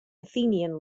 athenian